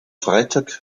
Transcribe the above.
freitag